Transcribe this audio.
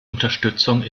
unterstützung